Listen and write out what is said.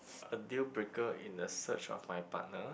a deal breaker in a search of my partner